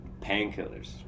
painkillers